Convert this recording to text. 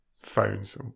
phones